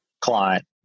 client